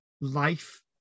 life